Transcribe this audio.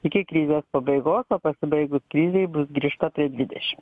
iki krizės pabaigos o pasibaigus krizei bus grįžta prie dvidešim